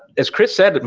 as chris said,